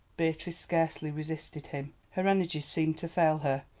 beatrice scarcely resisted him. her energies seemed to fail her,